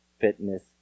fitness